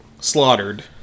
slaughtered